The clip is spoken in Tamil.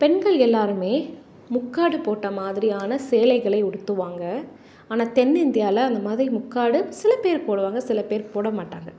பெண்கள் எல்லோருமே முக்காடு போட்ட மாதிரியான சேலைகளை உடுத்துவாங்க ஆனால் தென்னிந்தியாவில அந்தமாதிரி முக்காடு சில பேர் போடுவாங்க சில பேர் போடமாட்டாங்க